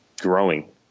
growing